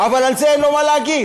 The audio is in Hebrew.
אבל על זה אין לו מה להגיד.